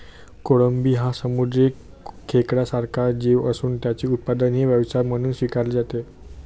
कोळंबी हा समुद्री खेकड्यासारखा जीव असून त्याचे उत्पादनही व्यवसाय म्हणून स्वीकारले जाते